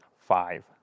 five